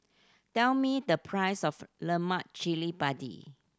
tell me the price of lemak cili padi